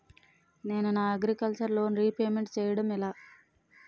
నేను నా agriculture loan repayment చేయడం ఎలా?